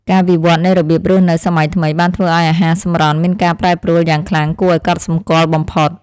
ការវិវត្តនៃរបៀបរស់នៅសម័យថ្មីបានធ្វើឱ្យអាហារសម្រន់មានការប្រែប្រួលយ៉ាងខ្លាំងគួរឱ្យកត់សម្គាល់បំផុត។